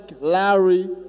Larry